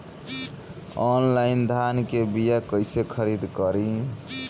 Online धान के बीया कइसे खरीद करी?